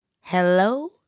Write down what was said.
Hello